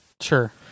Sure